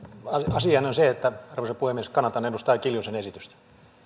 asiani on se arvoisa puhemies että kannatan edustaja kiljusen esitystä